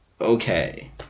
okay